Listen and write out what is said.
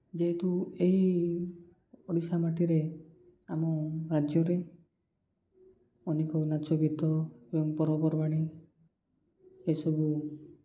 ଯେହେତୁ ଏହି ଓଡ଼ିଶା ମାଟିରେ ଆମ ରାଜ୍ୟରେ ଅନେକ ନାଚ ଗୀତ ଏବଂ ପର୍ବପର୍ବାଣି ଏସବୁ